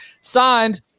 signed